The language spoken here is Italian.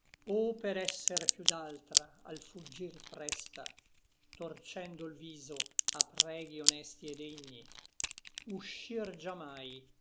o per esser piú d'altra al fuggir presta torcendo l viso a preghi honesti et degni uscir già mai